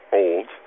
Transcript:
old